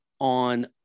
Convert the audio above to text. on